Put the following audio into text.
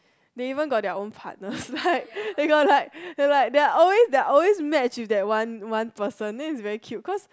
they even got their own partner like they got like they like they are always they are always match with the one the one person then is very cute